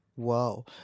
Wow